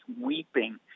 weeping